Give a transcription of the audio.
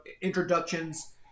introductions